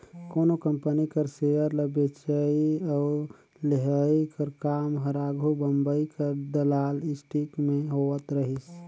कोनो कंपनी कर सेयर ल बेंचई अउ लेहई कर काम हर आघु बंबई कर दलाल स्टीक में होवत रहिस